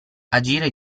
agire